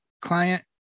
client